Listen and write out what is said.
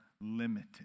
limited